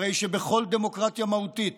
הרי שבכל דמוקרטיה מהותית